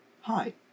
Hi